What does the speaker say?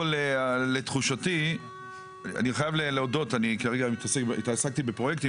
אני התעסקתי בפרויקטים,